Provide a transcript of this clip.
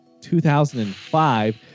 2005